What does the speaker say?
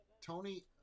Tony